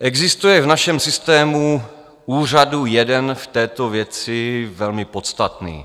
Existuje v našem systému úřadů jeden v této věci velmi podstatný.